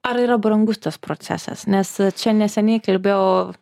ar yra brangus tas procesas nes čia neseniai kalbėjau